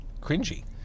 cringy